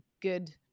good